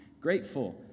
grateful